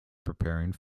preparing